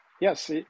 yes